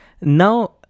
now